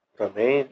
também